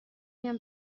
میام